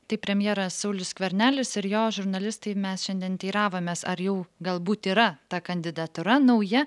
taip premjeras saulius skvernelis ir jo žurnalistai mes šiandien teiravomės ar jau galbūt yra ta kandidatūra nauja